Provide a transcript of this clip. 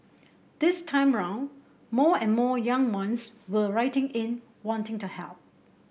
this time round more and more young ones were writing in wanting to help